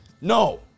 No